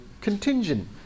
contingent